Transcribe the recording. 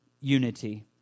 unity